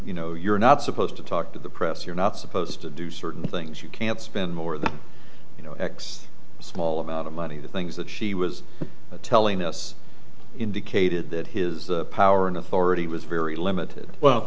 you know you're not supposed to talk to the press you're not supposed to do certain things you can't spend more than you know x a small amount of money the things that she was telling us indicated that his power and authority was very limited well